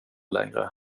längre